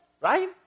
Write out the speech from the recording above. right